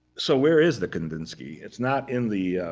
so where is the kandinsky? it's not in the